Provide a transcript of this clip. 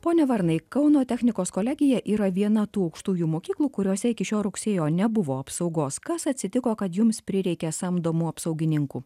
pone varnai kauno technikos kolegija yra viena tų aukštųjų mokyklų kuriose iki šio rugsėjo nebuvo apsaugos kas atsitiko kad jums prireikė samdomų apsaugininkų